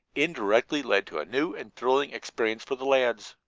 indirectly led to a new and thrilling experience for the lads.